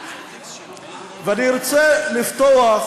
אני רוצה לפתוח